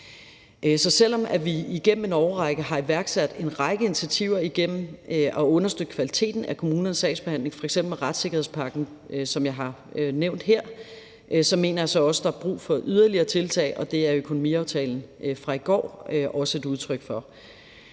Så selv om vi gennem en årrække har iværksat en række initiativer i forhold til at understøtte kvaliteten af kommunernes sagsbehandling, f.eks. retssikkerhedspakken, som jeg har nævnt her, mener jeg også, der er brug for yderligere tiltag, og det er økonomiaftalen fra i går også et udtryk for.